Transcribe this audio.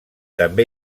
també